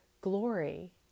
glory